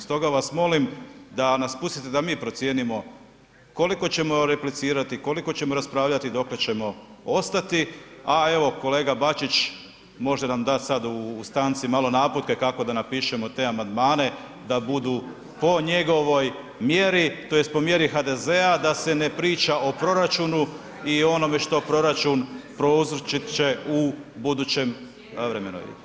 Stoga vas molim da nas pustite da mi procijenimo koliko ćemo replicirati, koliko ćemo raspravljati i dokle ćemo ostati, a evo kolega Bačić može nam dat sad u stanci malo naputke kako da napišemo te amandmane da budu po njegovoj mjeri tj. po mjeri HDZ-a, da se ne priča o proračunu i o onome što proračun prouzročit će u budućem vremenu.